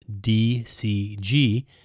DCG